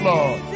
Lord